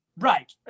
Right